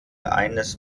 eines